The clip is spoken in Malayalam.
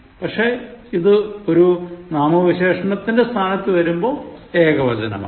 പക്ഷേ ഇത് ഒരു നാമവിശേഷണത്തിൻറെ സ്ഥാനത്തു വരുമ്പോൾ ഏകവചനമാകും